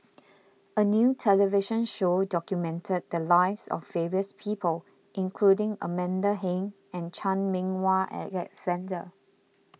a new television show documented the lives of various people including Amanda Heng and Chan Meng Wah Alexander